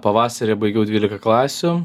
pavasarį baigiau dvylika klasių